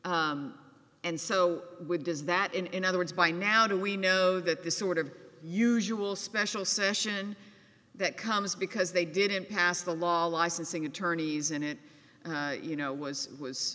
and so when does that in in other words by now do we know that this sort of usual special session that comes because they didn't pass the law licensing attorneys in it you know was was